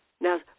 Now